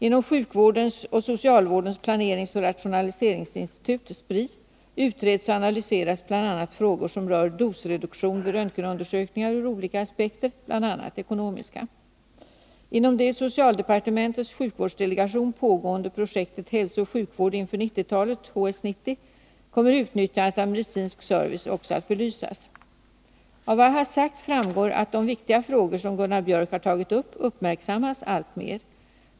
Inom Sjukvårdens och socialvårdens planeringsoch rationaliseringsinstitut Nr 67 utreds och analyseras bl.a. frågor som rör dosreduktion vid röntgenundersökningar ur olika aspekter, bl.a. ekonomiska. Inom det i socialdepartementets sjukvårdsdelegation pågående projektet Hälsooch sjukvård inför 90-talet kommer utnyttjandet av medicinsk service också att belysas. Av vad jag har sagt framgår att de viktiga frågor som Gunnar Biörck har tagit upp uppmärksammas alltmer.